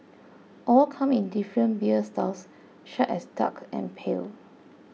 all come in different beer styles such as dark and pale